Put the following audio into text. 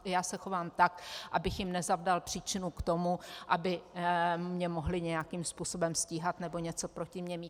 Já se chovám tak, abych jim nezavdal příčinu k tomu, aby mě mohly nějakým způsobem stíhat nebo něco proti mě mít.